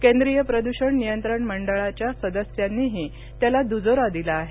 केंद्रीय प्रदूषण नियंत्रण मंडळाच्या सदस्यांनीही त्याला दुजोरा दिला आहे